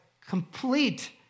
complete